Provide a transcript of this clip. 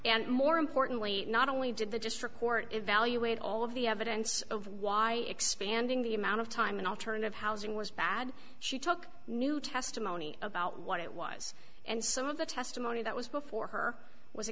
and more importantly not only did the district court evaluate all of the evidence of why expanding the amount of time in alternative housing was bad she took new testimony about what it was and some of the testimony that was before her w